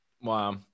Wow